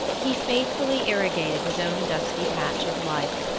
he faithfully irrigated his own dusty patch of life,